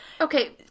Okay